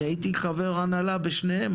אני הייתי חבר הנהלה בשניהם,